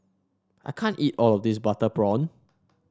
I can't eat all of this Butter Prawn